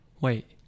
Wait